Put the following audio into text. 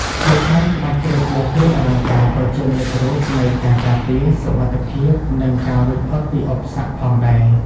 ដូច្នេះ ក្បាច់គ្រុឌលើគ្រឿងអលង្ការក៏ជានិមិត្តរូបនៃ ការការពារ សុវត្ថិភាព និង ការរួចផុតពីឧបសគ្គ ផងដែរ។